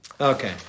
okay